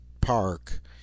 Park